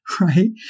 Right